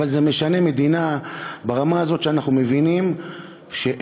אבל זה משנה מדינה ברמה הזאת שאנחנו מבינים שאין